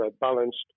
balanced